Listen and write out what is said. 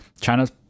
China's